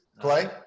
Clay